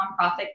nonprofit